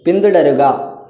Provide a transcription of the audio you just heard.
പിന്തുടരുക